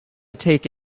take